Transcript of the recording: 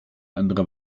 andere